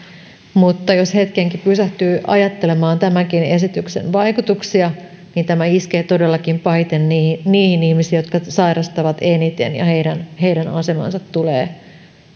mutta jos hetkenkin pysähtyy ajattelemaan tämänkin esityksen vaikutuksia tämä iskee todellakin pahiten niihin niihin ihmisiin jotka sairastavat eniten ja heidän heidän asemansa tulee